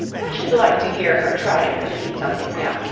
i should like to hear her try and repeat something now.